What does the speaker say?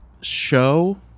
show